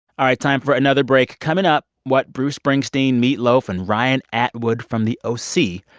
all right, time for another break. coming up what bruce springsteen, meat loaf and ryan atwood from the o c.